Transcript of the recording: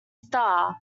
star